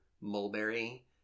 mulberry